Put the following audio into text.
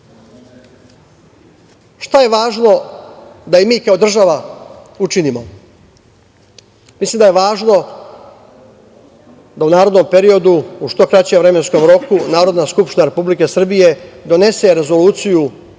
je važno da i mi kao država učinimo? Mislim da je važno da u narednom periodu u što kraćem vremenskom roku Narodna skupština Republike Srbije donese rezoluciju